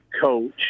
coach